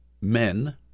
men